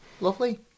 Lovely